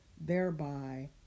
thereby